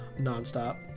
nonstop